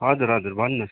हजुर हजुर भन्नुहोस्